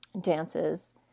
dances